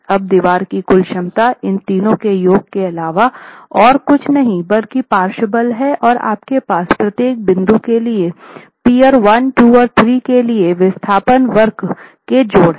अब दीवार की कुल क्षमता इन तीनों के योग के अलावा और कुछ नहीं बल्कि पार्श्व बल है और आपके पास प्रत्येक बिंदु के लिए पीअर 1 2 3 के लिए विस्थापन वक्र के जोड़ हैं